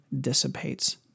dissipates